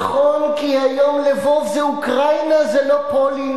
נכון, כי "לְבוֹב" היום זה אוקראינה וזה לא פולין.